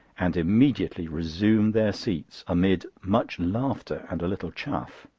and immediately resumed their seats, amid much laughter and a little chaff.